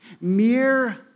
Mere